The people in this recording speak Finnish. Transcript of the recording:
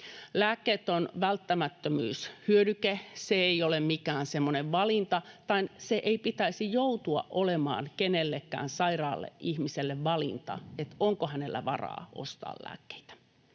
Lääkkeet ovat välttämättömyyshyödyke, se ei ole mikään semmoinen valinta, tai sen ei pitäisi joutua olemaan kenellekään sairaalle ihmiselle valinta, että onko hänellä varaa ostaa lääkkeitä.